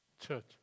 church